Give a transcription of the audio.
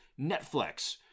Netflix